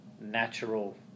natural